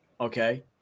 Okay